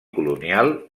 colonial